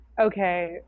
okay